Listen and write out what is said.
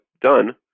done